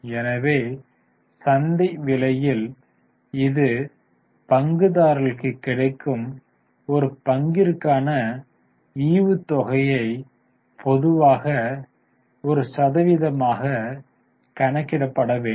எனவே சந்தை விலையில் இது பங்குதாரர்களுக்கு கிடைக்கும் ஒரு பங்கிற்கிற்கான ஈவுத்தொகையை பொதுவாக ஒரு சதவீதமாக கணக்கிடப்பட வேண்டும்